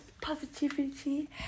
positivity